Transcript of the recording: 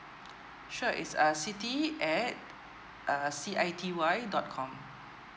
sure it's uh siti at uh C I T Y dot com